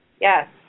Yes